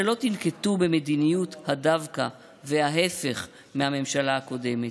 שלא תנקטו מדיניות דווקא וההפך מהממשלה הקודמת.